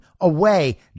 away